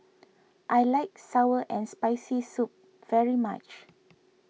I like Sour and Spicy Soup very much